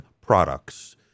products